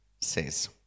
says